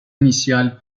inicial